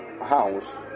house